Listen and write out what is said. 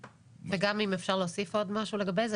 וגם אם אפשר להוסיף עוד משהו לגבי זה.